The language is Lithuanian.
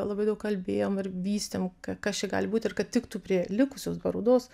labai daug kalbėjom ir vystėm ka kas čia gali būt ir kad tiktų prie likusios parodos